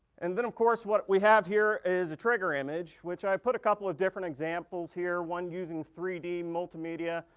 and then of course, what we have here is a trigger image which i put a couple of different examples here. one using three d multimedia,